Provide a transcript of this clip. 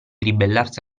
ribellarsi